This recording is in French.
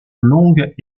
longues